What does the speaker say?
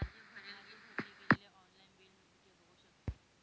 माझे भरले गेलेले ऑनलाईन बिल मी कुठे बघू शकतो?